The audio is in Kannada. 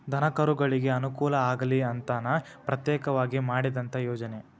ದನಕರುಗಳಿಗೆ ಅನುಕೂಲ ಆಗಲಿ ಅಂತನ ಪ್ರತ್ಯೇಕವಾಗಿ ಮಾಡಿದಂತ ಯೋಜನೆ